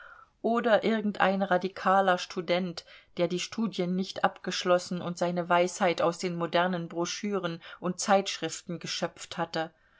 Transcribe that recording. oder irgendein radikaler student der die studien nicht abgeschlossen und seine weisheit aus den modernen broschüren und zeitschriften geschöpft hatte